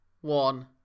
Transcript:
one